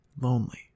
Lonely